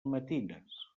matines